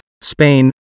Spain